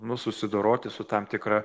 nu susidoroti su tam tikra